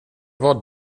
vad